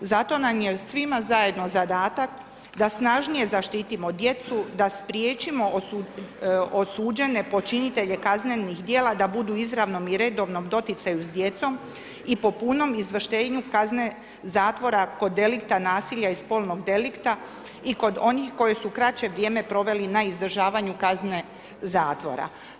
Zato nam je svima zajedno zadatak da snažnije zaštitimo djecu, da spriječimo osuđene počinitelje kaznenih djela da budu u izravnom i redovnom doticaju s djecom i po punom izvršenju kazne zatvora kod delikta nasilja i spolnog delikta i kod onih koji su kraće vrijeme proveli na izdržavanju kazne zatvora.